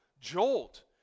jolt